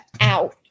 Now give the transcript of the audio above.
out